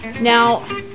Now